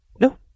No